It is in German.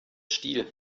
stiel